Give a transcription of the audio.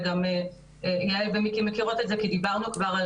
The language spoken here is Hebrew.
וגם יעל ומיקי מכירות את זה כי דיברנו כבר על